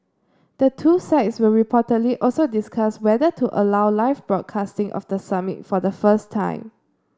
the two sides will reportedly also discuss whether to allow live broadcasting of the summit for the first time